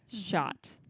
Shot